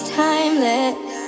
timeless